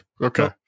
Okay